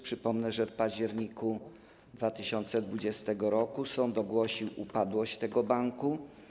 Przypomnę, że w październiku 2020 r. sąd ogłosił upadłość tego banku.